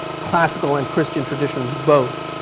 classical and christian traditions both.